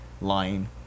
lying